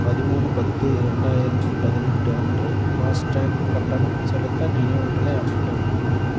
பதிமூணு பத்து இரண்டாயிரத்தி பதினெட்டு அன்று ஃபாஸ்டேக் கட்டணம் செலுத்த நினைவூட்டலை அமைக்கவும்